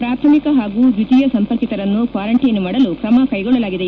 ಪ್ರಾಥಮಿಕ ಹಾಗೂ ದ್ವಿತೀಯ ಸಂಪರ್ಕಿತರನ್ನು ಕ್ವಾರಂಟೈನ್ ಮಾಡಲು ಕ್ರಮಕೈಗೊಳ್ಳಲಾಗಿದೆ